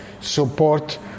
support